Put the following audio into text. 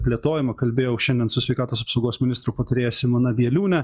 plėtojimą kalbėjau šiandien su sveikatos apsaugos ministro patarėja simona bieliūne